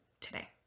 today